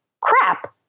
crap